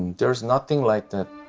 there's nothing like that